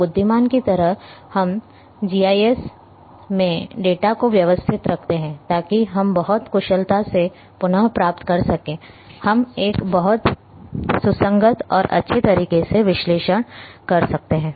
बुद्धिमान की तरह हम जीआईएस में डेटा को व्यवस्थित रखते हैं ताकि हम बहुत कुशलता से पुनः प्राप्त कर सकें हम एक बहुत सुसंगत और अच्छे तरीके से विश्लेषण कर सकते हैं